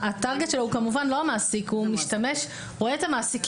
הטרגט שלו הוא כמובן לא המעסיק אלא הוא רואה את המעסיקים